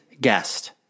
guest